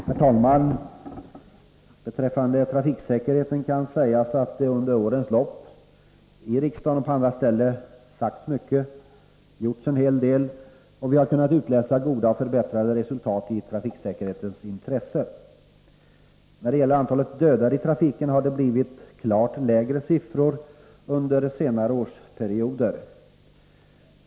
Herr talman! Beträffande trafiksäkerheten kan sägas att det under årens lopp, i riksdagen och på andra ställen, sagts mycket, gjorts en hel del, och att vi har kunnat utläsa goda och förbättrade resultat i trafiksäkerhetens intresse. När det gäller antalet dödade i trafiken har det blivit klart lägre siffror under senare år.